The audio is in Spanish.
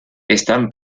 están